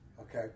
Okay